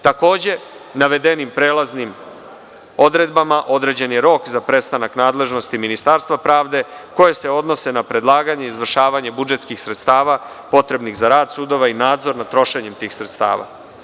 Takođe, navedenim prelazim odredbama određen je rok za prestanak nadležnosti Ministarstva pravde, koji se odnosi na predlaganje, izvršavanje budžetskih sredstava potrebnih za rad sudova i nadzor nad trošenjem tih sredstava.